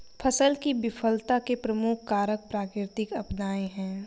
फसल की विफलता के प्रमुख कारक प्राकृतिक आपदाएं हैं